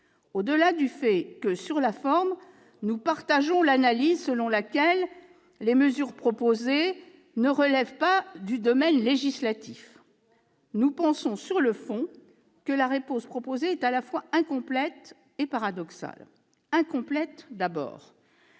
Au-delà du fait que, sur la forme, nous partageons l'analyse selon laquelle les mesures proposées ne relèvent pas du domaine législatif, nous pensons, sur le fond, que la réponse proposée est à la fois incomplète et paradoxale. Elle est